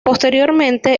posteriormente